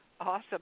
Awesome